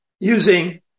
using